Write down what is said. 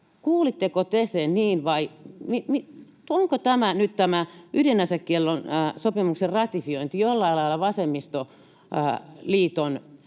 kuulitteko te sen niin, vai onko tämä ydinasekiellon sopimuksen ratifiointi nyt jollain lailla vasemmistoliiton